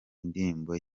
indirimbo